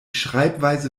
schreibweise